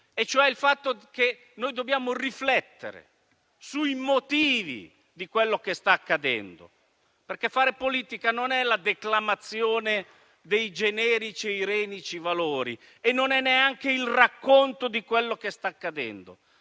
e cioè il fatto che noi dobbiamo riflettere sui motivi di quello che sta accadendo. Far politica, infatti, non è la declamazione di generici valori e non è neanche il racconto di ciò che sta accadendo: